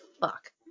fuck